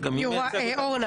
אורנה